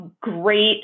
great